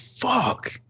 fuck